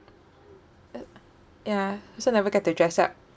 e~ ya also never get to dress up